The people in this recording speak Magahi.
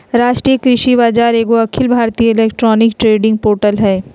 राष्ट्रीय कृषि बाजार एगो अखिल भारतीय इलेक्ट्रॉनिक ट्रेडिंग पोर्टल हइ